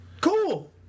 Cool